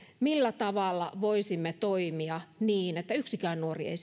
millä tavalla voisimme toimia niin että yksikään nuori ei